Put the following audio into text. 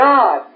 God